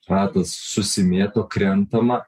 ratas susimėto krentama